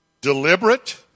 deliberate